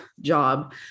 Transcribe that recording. job